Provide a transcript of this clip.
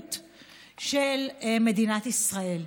הזהות של מדינת ישראל.